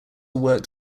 worked